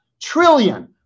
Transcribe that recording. Trillion